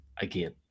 again